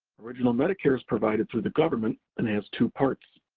original medicare is provided through the government, and has two parts.